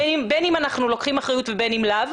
בין אם אנחנו לוקחים אחריות ובין אם לאו